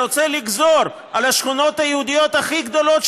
אתה רוצה לגזור על השכונות היהודיות הכי גדולות